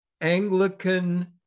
Anglican